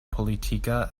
politika